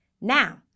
Now